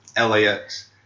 LAX